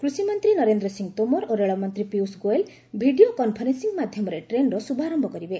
କୃଷି ମନ୍ତ୍ରୀ ନରେନ୍ଦ୍ର ସିଂହ ତୋମର ଓ ରେଳମନ୍ତ୍ରୀ ପୀୟୁଷ ଗୋଏଲ୍ ଭିଡ଼ିଓ କନ୍ଫରେନ୍ଦିଂ ମାଧ୍ୟମରେ ଟ୍ରେନ୍ର ଶୁଭାରମ୍ଭ କରିବେ